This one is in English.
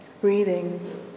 breathing